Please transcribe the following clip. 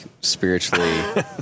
spiritually